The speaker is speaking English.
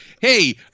hey